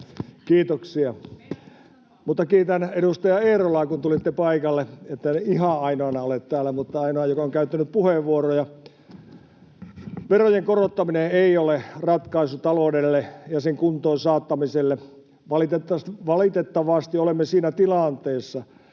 Kiitoksia, mutta kiitän edustaja Eerolaa, kun tulitte paikalle, että en ihan ainoana ole täällä, mutta olen ainoa, joka on käyttänyt puheenvuoroja. Verojen korottaminen ei ole ratkaisu taloudelle ja sen kuntoon saattamiselle. Valitettavasti olemme siinä tilanteessa,